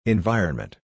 Environment